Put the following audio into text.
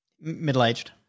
Middle-aged